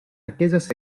aquellas